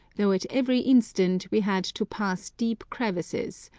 though at every instant we had to pass deep crevasses,